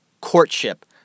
courtship